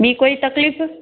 ॿीं कोई तकलीफ़